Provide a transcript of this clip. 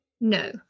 No